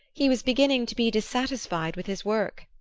he was beginning to be dissatisfied with his work?